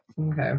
Okay